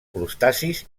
crustacis